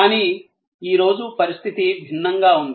కానీ ఈ రోజు పరిస్థితి భిన్నంగా ఉంది